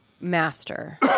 master